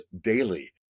daily